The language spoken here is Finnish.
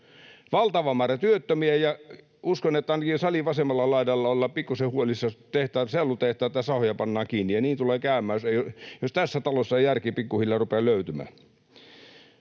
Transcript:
valtava määrä työttömiä, ja uskon, että ainakin salin vasemmalla laidalla ollaan pikkuisen huolissaan, jos tehtaita, sellutehtaita ja sahoja, pannaan kiinni, ja niin tulee käymään, jos tässä talossa ei järki pikkuhiljaa rupea löytymään.